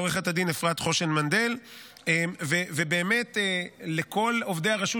לעו"ד אפרת חושן מנדל ובאמת לכל עובדי הרשות